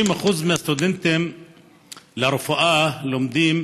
60% מהסטודנטים לרפואה לומדים